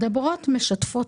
מדברות, משתפות,